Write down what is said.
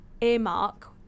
earmark